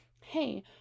hey